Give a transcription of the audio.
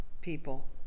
people